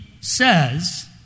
says